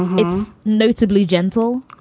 it's notably gentle.